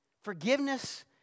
forgiveness